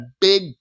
big